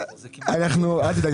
אל תדאג,